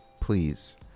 please